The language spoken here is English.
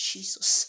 Jesus